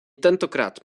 tentokrát